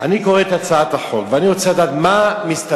אני קורא את הצעת החוק ואני רוצה לדעת מה מסתתר,